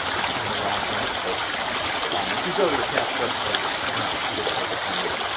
it's kind of a long link, but if you go to the cahps website, it's not too difficult to find it.